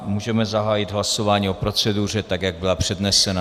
Můžeme zahájit hlasování o proceduře, tak jak byla přednesena.